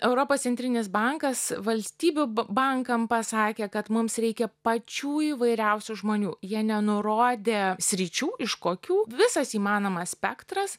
europos centrinis bankas valstybių bankam pasakė kad mums reikia pačių įvairiausių žmonių jie nenurodė sričių iš kokių visas įmanomas spektras